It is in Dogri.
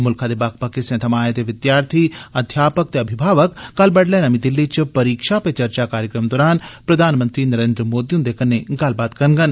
मुल्खै दे बक्ख बक्ख हिस्सें थमां आए दे विद्यार्थी अध्यापक ते अभिभावक कल बडलै नमीं दिल्ली च परीक्षा पे चर्चा कार्यक्रम दौरान प्रधानमंत्री नरेन्द्र मोदी हुन्दे कन्नै गल्लबात करडन